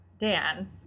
Dan